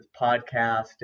podcast